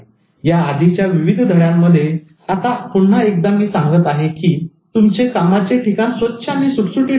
याआधीच्या विविध धड्यांमध्ये परंतु आता पुन्हा एकदा मी सांगत आहे की तुमचे कामाचे ठिकाण स्वच्छ आणि सुटसुटीत ठेवा